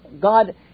God